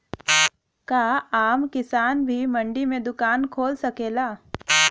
का आम किसान भी मंडी में दुकान खोल सकेला?